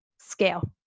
scale